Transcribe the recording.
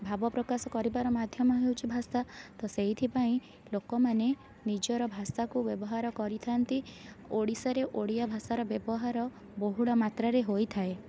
ଭାବପ୍ରକାଶ କରିବାର ମାଧ୍ୟମ ହେଉଛି ଭାଷା ତ ସେଇଥିପାଇଁ ଲୋକମାନେ ନିଜର ଭାଷାକୁ ବ୍ୟବହାର କରିଥାନ୍ତି ଓଡ଼ିଶାରେ ଓଡ଼ିଆଭାଷାର ବ୍ୟବହାର ବହୁଳମାତ୍ରାରେ ହୋଇଥାଏ